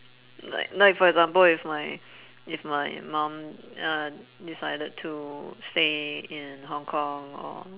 like like for example if my if my mum uh decided to stay in hong-kong or